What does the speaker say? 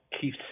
Keith